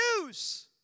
news